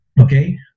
Okay